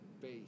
base